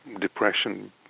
depression